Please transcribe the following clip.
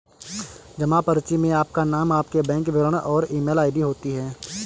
जमा पर्ची में आपका नाम, आपके बैंक विवरण और ईमेल आई.डी होती है